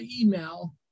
email